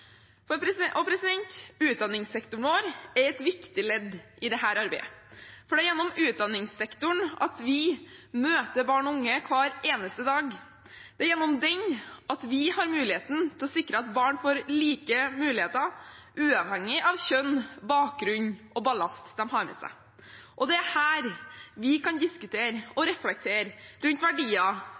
Utdanningssektoren vår er et viktig ledd i dette arbeidet, for det er gjennom utdanningssektoren vi møter barn og unge hver eneste dag. Det er gjennom den vi har muligheten til å sikre at barn får like muligheter, uavhengig av kjønn, bakgrunn og ballast de har med seg. Og det er her vi kan diskutere og reflektere rundt verdier